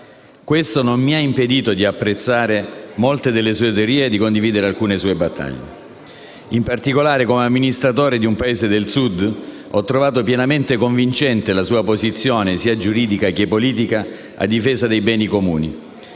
questo non mi ha impedito di apprezzare molte delle sue teorie e di condividere alcune sue battaglie. In particolare, come amministratore di un paese del Sud ho trovato pienamente convincente la sua posizione giuridica e politica a difesa dei beni comuni.